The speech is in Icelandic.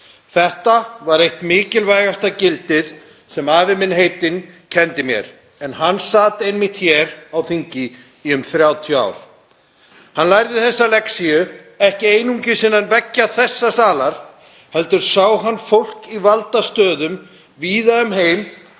Þetta var eitt mikilvægasta gildið sem afi minn heitinn kenndi mér en hann sat einmitt hér á þingi í um 30 ár. Hann lærði þessa lexíu ekki einungis innan veggja þessa salar heldur sá hann fólk í valdastöðum víða um heim,